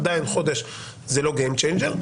עדיין חודש זה לא גיים צ'נג'ר.